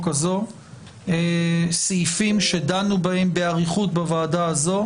הזאת סעיפים שדנו בהם באריכות בוועדה הזאת,